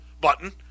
button